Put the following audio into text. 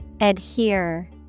Adhere